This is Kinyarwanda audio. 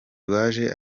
rwaje